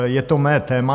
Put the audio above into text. Je to mé téma.